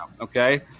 okay